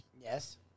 Yes